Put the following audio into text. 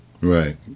Right